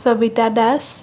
Sabita Das